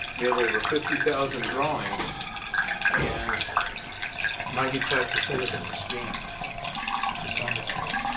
we have over fifty thousand drawings and ninety five percent of them are scanned to some level.